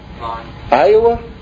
Iowa